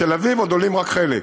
בתל אביב עוד עולים רק בחלק.